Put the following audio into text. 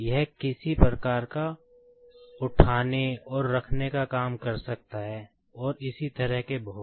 यह किसी प्रकार का उठाने और रखने का काम कर सकता है और इसी तरह के बहुत